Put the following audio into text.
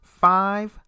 five